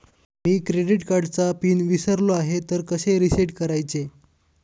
मी credit कार्डचा pin विसरलो आहे तर कसे रीसेट करायचे?